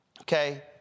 Okay